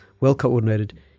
well-coordinated